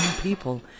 people